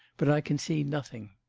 but i can see nothing.